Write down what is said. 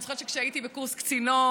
אני זוכרת שכשהייתי בקורס קצינות,